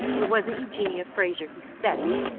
it wasn't eugenia frazer who said it,